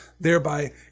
thereby